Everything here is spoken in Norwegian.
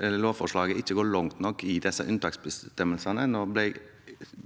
lovforslaget ikke går langt nok i disse unntaksbestemmelsene.